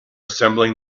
assembling